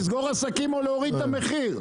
לסגור עסקים או להוריד את המחיר?